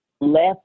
left